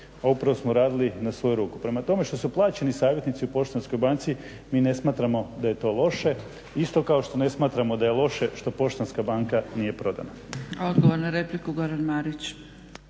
upravo smo radili na svoju ruku. Prema tome što su plaćeni savjetnici u Poštanskoj banki mi ne smatramo da je to loše isto kao što ne smatramo da je loše što Poštanska banka nije prodana.